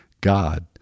God